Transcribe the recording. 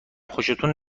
خوشتون